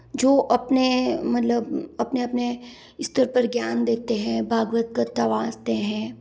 जो अपने मतलब अपने अपने स्तर पर ज्ञान देते हैं भागवत कथा वास्ते हैं